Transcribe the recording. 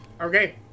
Okay